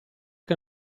che